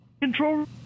control